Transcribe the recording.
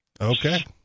Okay